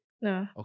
No